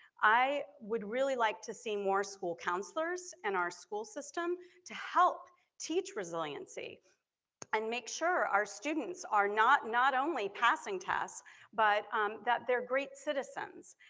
i would really like to see more school counselors in and our school system to help teach resiliency and make sure our students are not not only passing tests but that they're great citizens,